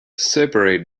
separated